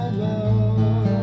love